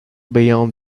beyond